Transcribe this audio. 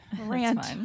rant